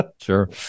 sure